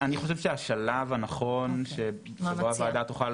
אני חושב שהשלב הנכון שבו הוועדה תוכל